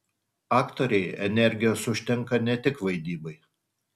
aktorei energijos užtenka ne tik vaidybai